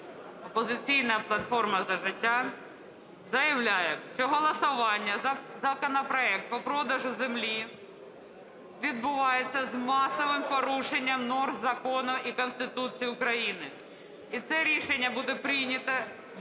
"Опозиційна платформа - За життя" заявляє, що голосування за законопроект по продажу землі відбувається з масовим порушенням норм закону і Конституції України. І це рішення буде прийнято без